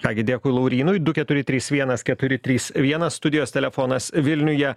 ką gi dėkui laurynui du keturi trys vienas keturi trys vienas studijos telefonas vilniuje